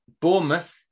Bournemouth